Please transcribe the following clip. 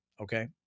okay